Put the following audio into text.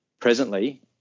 presently